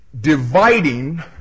dividing